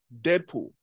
deadpool